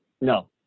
No